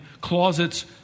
closets